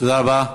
תודה רבה.